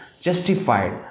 justified